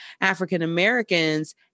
African-Americans